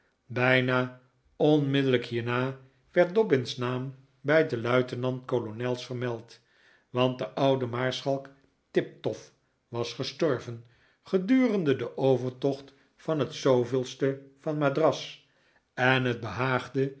bijna onmiddellijk hierna werd dobbin's naam bij de luitenant kolonels vermeld want de oude maarschalk tiptoff was gestorven gedurende den overtocht van het de van madras en het behaagde